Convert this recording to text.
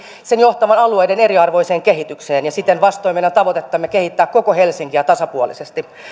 sen johtavan alueiden eriarvoiseen kehitykseen ja olevan siten vastoin meidän tavoitettamme kehittää koko helsinkiä tasapuolisesti